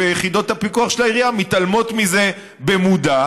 ויחידות הפיקוח של העירייה מתעלמות מזה במודע.